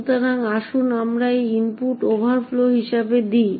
সুতরাং আসুন আমরা এটি ইনপুট ওভারফ্লো হিসাবে দিই